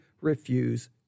refuse